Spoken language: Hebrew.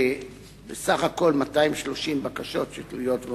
בסך הכול 230 בקשות תלויות ועומדות.